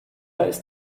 ist